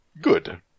Good